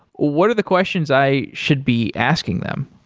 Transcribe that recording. what are the questions i should be asking them?